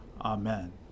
Amen